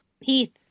Heath